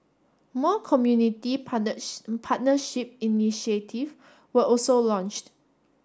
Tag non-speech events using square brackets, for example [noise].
more community [unintelligible] partnership initiative were also launched